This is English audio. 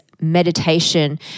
meditation